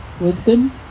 wisdom